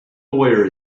lawyer